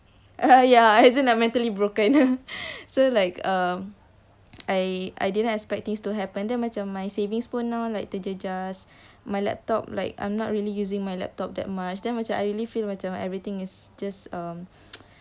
ya as in like mentally broken so like um I I didn't expect things to happen then macam my savings pun now like terjejas my laptop like I'm not really using my laptop that much then macam I really feel macam everything is just